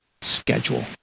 schedule